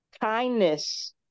kindness